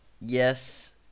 yes